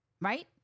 right